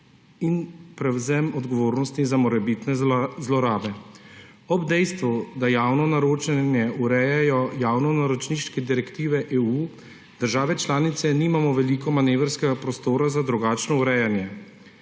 in prevzem odgovornosti za morebitne zlorabe. Ob dejstvu, da javno naročanje urejajo javnonaročniške direktive EU, države članice nimamo veliko manevrskega prostora za drugačno urejanje.